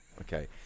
Okay